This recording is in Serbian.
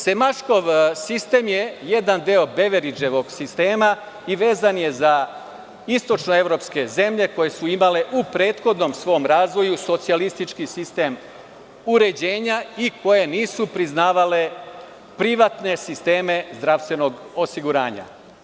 Semačkov sistem je jedan deo Beveridževog sistema i vezan je za istočnoevropske zemlje koje su imale u prethodnom svom razvoju socijalistički sistem uređenja i koje nisu priznavale privatne sisteme zdravstvenog osiguranja.